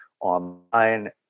online